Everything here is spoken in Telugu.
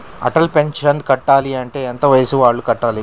అటల్ పెన్షన్ కట్టాలి అంటే ఎంత వయసు వాళ్ళు కట్టాలి?